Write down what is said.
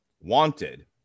Wanted